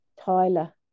Tyler